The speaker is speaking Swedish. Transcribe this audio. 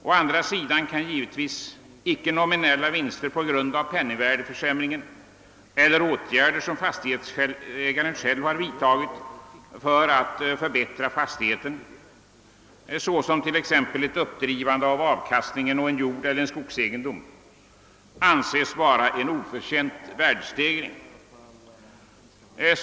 Å andra sidan kan givetvis icke nominella vinster på grund av penningvärdeförsämringen eller genom åtgärder som fastighetsägaren själv har vidtagit för att förbättra fastigheten, såsom t.ex. ett uppdrivande av avkastningen på en jordeller skogsegendom, anses vara en oförtjänt värdestegring.